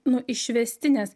nu išvestinės